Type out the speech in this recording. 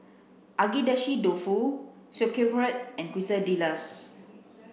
Agedashi Dofu Sauerkraut and Quesadillas